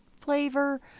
flavor